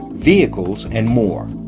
vehicles and more.